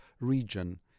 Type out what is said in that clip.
region